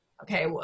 okay